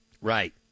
Right